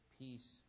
peace